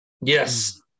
Yes